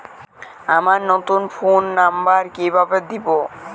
আমার নতুন phone number কিভাবে দিবো?